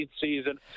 season